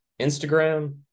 Instagram